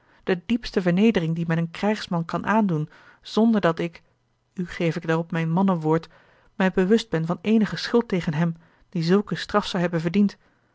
de diepste vernedering die men een krijgsman kan aandoen zonderdat ik u geef ik daarop mijn mannenwoord mij bewust ben van eenige schuld tegen hem die zulke straf zou hebben verdiend